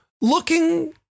looking